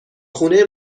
خونه